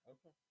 Okay